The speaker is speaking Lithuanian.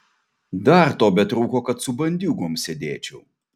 dar to betrūko kad su bandiūgom sėdėčiau